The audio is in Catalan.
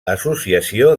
associació